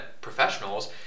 professionals